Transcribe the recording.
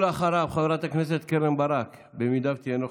אחריו, חברת הכנסת קרן ברק, אם תהיה נוכחת.